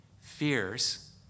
fears